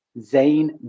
Zane